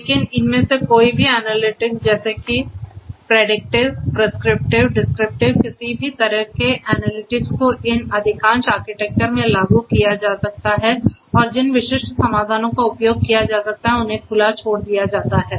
लेकिन इनमें से कोई भी एनालिटिक्स जैसे कि प्रेडिक्टिव प्रिस्क्रिप्टिव डिस्क्रिप्टिव किसी भी तरह के एनालिटिक्स को इन अधिकांश आर्किटेक्चर में लागू किया जा सकता है और जिन विशिष्ट समाधानों का उपयोग किया जा सकता है उन्हें खुला छोड़ दिया जाता है